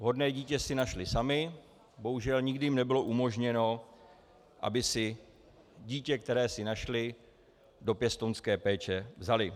Vhodné dítě si našli sami, bohužel nikdy jim nebylo umožněno, aby si dítě, které si našli, do pěstounské péče vzali.